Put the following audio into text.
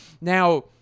now